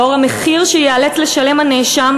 לאור המחיר שייאלץ לשלם הנאשם,